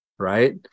Right